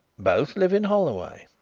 both live in holloway.